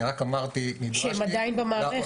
אני רק אמרתי --- שהם עדיין במערכת.